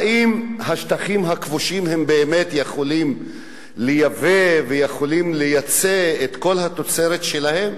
האם השטחים הכבושים באמת יכולים לייבא ויכולים לייצא את כל התוצרת שלהם?